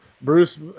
Bruce